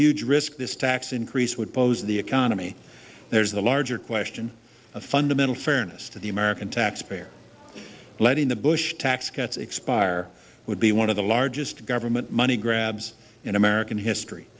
huge risk this tax increase would pose in the economy there is a larger question of fundamental fairness to the american taxpayer letting the bush tax cuts expire would be one of the largest government money grabs in american history